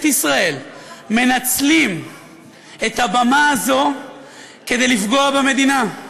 ישראל מנצלים את הבמה הזו כדי לפגוע במדינה?